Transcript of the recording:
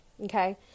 Okay